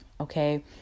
Okay